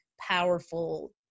powerful